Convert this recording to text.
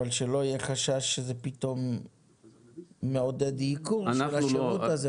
אבל שלא יהיה חשש שזה פתאום מעודד ייקור של השעות.